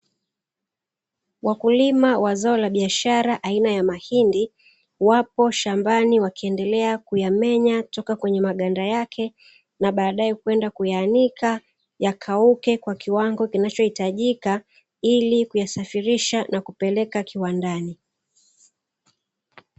Wakulima wazao la biashara aina ya mahindi wakiwa wanayamenya kutoka kwenye maganda yao ili kuyamenya na kuyapeleka kiwandanda